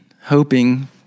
hoping